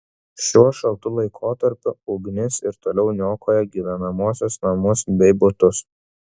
šiuo šaltu laikotarpiu ugnis ir toliau niokoja gyvenamuosius namus bei butus